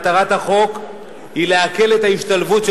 מטרת החוק היא להקל את ההשתלבות של